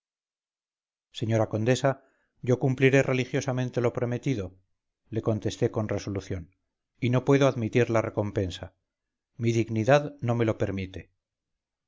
señora condesa yo cumpliré religiosamente lo prometido le contesté con resolución y no puedo admitir la recompensa mi dignidad no me lo permite